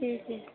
ठीक छी